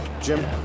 Jim